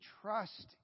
trust